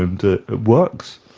and it works.